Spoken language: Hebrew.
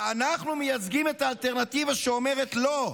ואנחנו מייצגים את האלטרנטיבה שאומרת: לא.